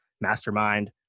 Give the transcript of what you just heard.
Mastermind